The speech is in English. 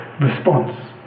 response